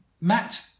Matt